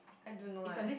I don't know eh